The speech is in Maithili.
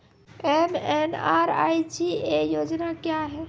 एम.एन.आर.ई.जी.ए योजना क्या हैं?